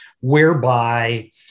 whereby